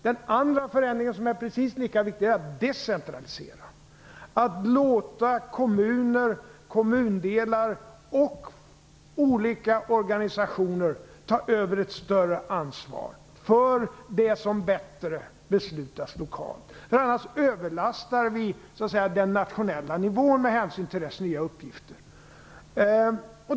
Den andra förändringen, som är precis lika viktig, är att decentralisera, att låta kommuner, kommundelar och olika organisationer ta över ett större ansvar för det som bättre beslutas lokalt. Annars överlastar vi den nationella nivån med hänsyn till dess nya uppgifter.